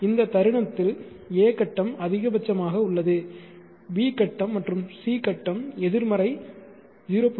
இந்த தருணத்தில் a கட்டம் அதிகபட்சமாக உள்ளது b கட்டம் மற்றும் c கட்டம் எதிர்மறை 0